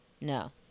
no